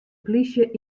plysje